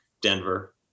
Denver